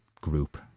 group